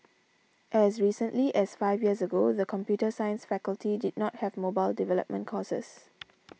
as recently as five years ago the computer science faculty did not have mobile development courses